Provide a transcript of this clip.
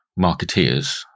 marketeers